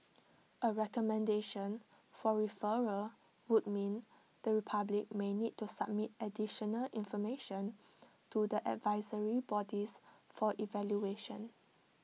A recommendation for referral would mean the republic may need to submit additional information to the advisory bodies for evaluation